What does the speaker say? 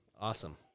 Awesome